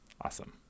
Awesome